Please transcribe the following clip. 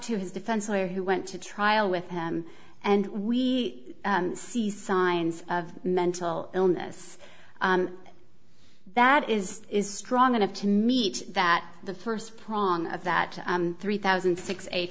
to his defense lawyer who went to trial with him and we see signs of mental illness that is is strong enough to meet that the first prong of that three thousand six eight